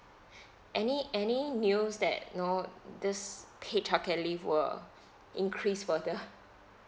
any any news that you know this paid childcare leave were increase further